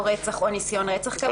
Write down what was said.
רצח או ניסיון רצח.